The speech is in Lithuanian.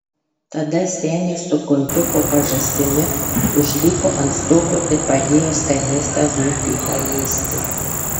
tada senis su kumpiu po pažastimi užlipo ant stogo ir padėjo skanėstą zuikiui paėsti